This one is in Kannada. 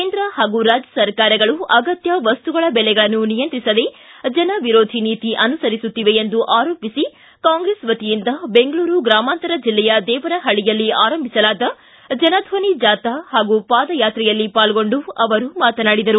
ಕೇಂದ್ರ ಹಾಗೂ ರಾಜ್ಯ ಸರ್ಕಾರಗಳು ಅಗತ್ಯ ವಸ್ತುಗಳ ಬೆಲೆಗಳನ್ನು ನಿಯಂತ್ರಿಸದೇ ಜನವಿರೋಧಿ ನೀತಿ ಅನುಸರಿಸುತ್ತಿವೆ ಎಂದು ಆರೋಪಿಸಿ ಕಾಂಗ್ರೆಸ್ ವತಿಯಿಂದ ಬೆಂಗಳೂರು ಗ್ರಾಮಾಂತರ ಜಿಲ್ಲೆಯ ದೇವನಹಳ್ಳಯಲ್ಲಿ ಆರಂಭಿಸಲಾದ ಜನ ದ್ವನಿ ಜಾಥಾ ಹಾಗೂ ಪಾದಯಾತ್ರೆಯಲ್ಲಿ ಪಾಲ್ಗೊಂಡು ಅವರು ಮಾತನಾಡಿದರು